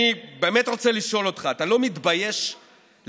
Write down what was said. אני באמת רוצה לשאול אותך: אתה לא מתבייש להסתכל